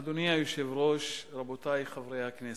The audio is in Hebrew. אדוני היושב-ראש, רבותי חברי הכנסת,